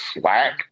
Slack